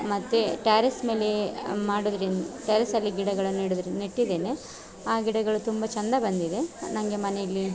ಮತ್ತು ಟ್ಯಾರಿಸ್ ಮೇಲೆ ಮಾಡುವುದ್ರಿಂ ಟ್ಯಾರಿಸಲ್ಲಿ ಗಿಡಗಳನ್ನು ನೆಡುವುದ್ರಿಂದ ನೆಟ್ಟಿದ್ದೇನೆ ಆ ಗಿಡಗಳು ತುಂಬ ಚೆಂದ ಬಂದಿದೆ ನನಗೆ ಮನೇಲಿ